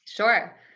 Sure